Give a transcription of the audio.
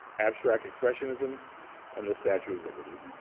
abstract expressionism and the statue of liberty.